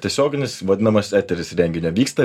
tiesioginis vadinamas eteris renginio vyksta